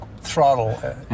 throttle